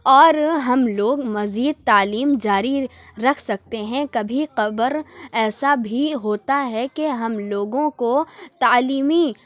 اور ہم لوگ مزید تعلیم جاری رکھ سکتے ہیں کبھی قبر ایسا بھی ہوتا ہے کہ ہم لوگوں کو تعلیمی